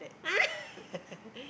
ah